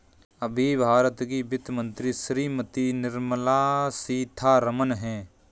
अभी भारत की वित्त मंत्री श्रीमती निर्मला सीथारमन हैं